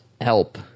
help